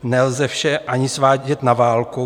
Nelze to vše ani svádět na válku.